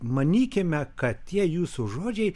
manykime kad tie jūsų žodžiai